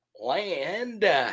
land